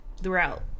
Throughout